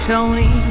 Tony